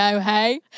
hey